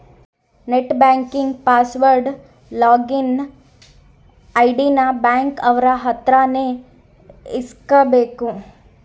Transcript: net banking password login ID ನ bank ಅವ್ರ ಅತ್ರ ನೇ ಇಸ್ಕಬೇಕು